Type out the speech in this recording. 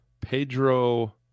Pedro